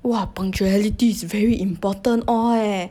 !wah! punctuality is very important all leh